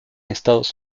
estados